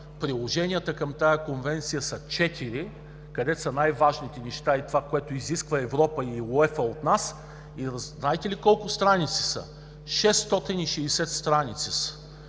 Приложенията към тази конвенция са четири – където са най-важните неща за това, което изисква Европа и УЕФА от нас, но знаете ли от колко страници са? 660 страници са